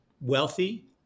Wealthy